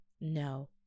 No